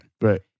Right